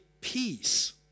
peace